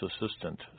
assistant